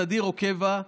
סדיר או קבע,